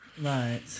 Right